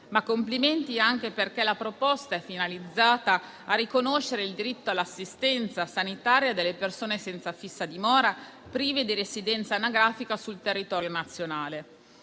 il Parlamento, anche perché la proposta è finalizzata a riconoscere il diritto all'assistenza sanitaria delle persone senza fissa dimora, prive di residenza anagrafica sul territorio nazionale.